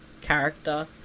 Character